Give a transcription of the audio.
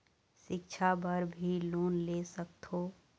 सिक्छा बर भी लोन ले सकथों?